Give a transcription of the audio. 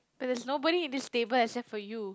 but there's nobody in this table except for you